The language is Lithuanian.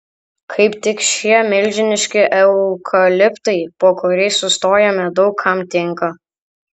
kaip tik šie milžiniški eukaliptai po kuriais sustojome daug kam tinka